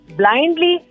blindly